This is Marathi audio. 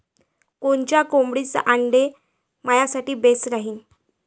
कोनच्या कोंबडीचं आंडे मायासाठी बेस राहीन?